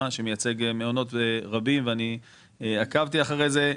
שמייצג מעונות רבים ואני עקבתי אחרי זה,